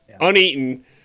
uneaten